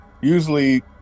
usually